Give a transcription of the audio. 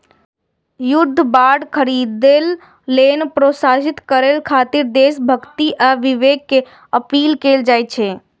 युद्ध बांड खरीदै लेल प्रोत्साहित करय खातिर देशभक्ति आ विवेक के अपील कैल जाइ छै